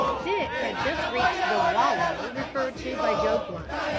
dick had just reached the wallow referred to by joe blunt,